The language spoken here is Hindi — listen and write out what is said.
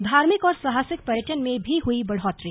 धार्मिक और साहसिक पर्यटन में भी हुई बढ़ोत्तरी